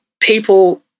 people